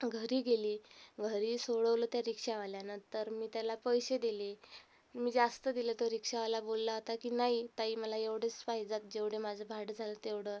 घरी गेली घरी सोडवलं त्या रिक्शावाल्यानं तर मी त्याला पैसे दिले मी जास्त दिले तो रिक्शावाला बोलला होता की नाही ताई मला एवढेच पाहिजे जेवढं माझं भाडं झालं तेवढं